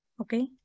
Okay